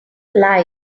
lie